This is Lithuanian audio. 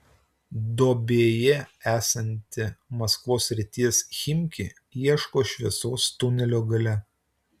duobėje esanti maskvos srities chimki ieško šviesos tunelio gale